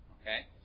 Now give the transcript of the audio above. Okay